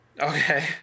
Okay